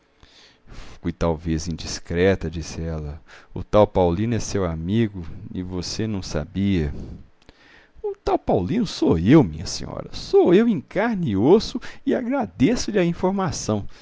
talvez indiscreta disse ela o tal paulino é seu amigo e você não sabia o tal paulino sou eu minha senhora sou eu em carne e osso e agradeço-lhe a informação